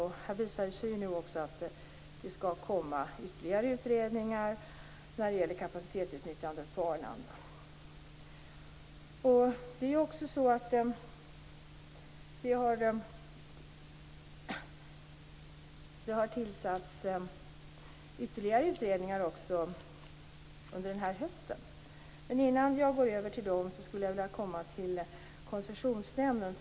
Nu visar det sig ju också att det skall komma ytterligare utredningar när det gäller kapacitetsutnyttjandet på Arlanda. Det har tillsatts ytterligare utredningar under den här hösten. Men innan jag går över till dem skulle jag vilja komma till Koncessionsnämnden.